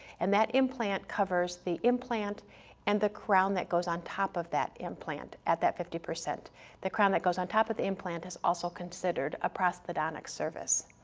and that implant covers the implant and the crown that goes on top of that implant at that fifty, the crown that goes on top of the implant is also considered a prosthodontic service.